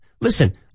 Listen